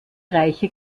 reiche